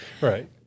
Right